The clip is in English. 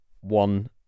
one